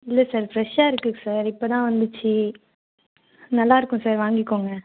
இல்லை சார் ஃபிரெஷ்ஷாக இருக்குது சார் இப்போ தான் வந்துச்சு நல்லா இருக்கும் சார் வாங்கிக்கோங்க